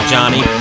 Johnny